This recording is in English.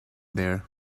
there